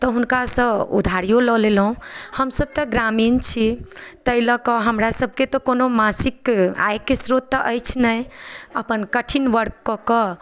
तऽ हुनकासँ उधारिओ लऽ लेलहुँ हम सभ तऽ ग्रामीण छी ताहि लऽ कऽ हमरा सभके तऽ कोनो मासिक आयके श्रोत तऽ अछि नहि अपन कठिन वर्क कए कऽ